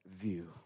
view